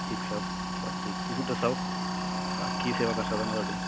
ਠੀਕ ਸਭ ਸਭ ਠੀਕ ਤੁਸੀਂ ਦੱਸੋ ਹਾਂ ਕੀ ਸੇਵਾ ਕਰ ਸਕਦਾ ਮੈਂ ਤੁਹਾਡੀ